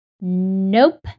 Nope